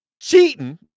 Cheating